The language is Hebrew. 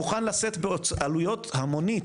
אני מוכן לשאת בעלויות המונית,